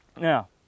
Now